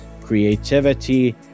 creativity